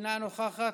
אינה נוכחת,